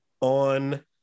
on